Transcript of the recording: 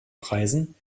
preisen